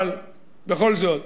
אבל בכל זאת,